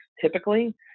typically